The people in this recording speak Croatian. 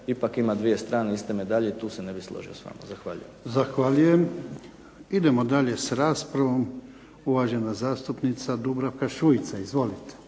ipak ima dvije strane iste medalje i tu se ne bih složio s vama. Zahvaljujem. **Jarnjak, Ivan (HDZ)** Zahvaljujem. Idemo dalje s raspravom. Uvažena zastupnica Dubravka Šuica. Izvolite.